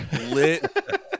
Lit